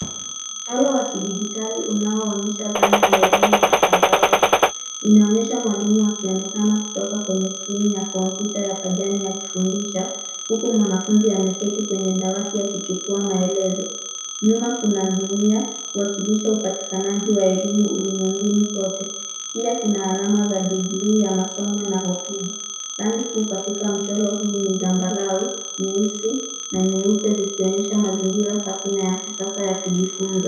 Mchoro wa kidijitali unaoonyesha zana ya elimu ya mtandaoni. Unaonyesha mwalimu akionekana kwenye skrini ya kompyuta ya pajani akifundisha, huku mwanafunzi ameketi kwenye dawati akichukua maelezo. Nyuma kuna dunia ikiwakilisha upatikanaji wa elimu ulimwenguni kote. Pia kuna alama za digrii za masomo na hotuba. Rangi kuu katika mchoro huu ni zambarau, nyusi, na nyeupe zikionyesha mazingira safi ya kujifunza.